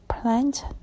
plant